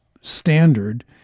standard